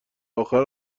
اخر